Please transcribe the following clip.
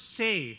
say